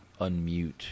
unmute